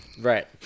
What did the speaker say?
Right